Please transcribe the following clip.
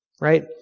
right